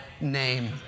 name